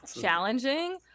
challenging